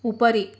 उपरि